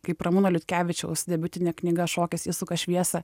kaip ramūno liutkevičiaus debiutinė knyga šokis įsuka šviesą